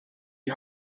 die